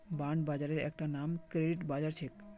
bond बाजारेर एकता नाम क्रेडिट बाजार छेक